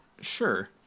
Sure